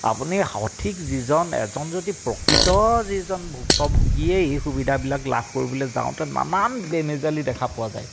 আপুনি সঠিক যিজন এজন যদি প্ৰকৃত যিজন ভুক্তভুগীয়ে এই সুবিধাবিলাক লাভ কৰিবলৈ যাওঁতে নানান বেমেজালি দেখা পোৱা যায়